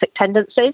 tendencies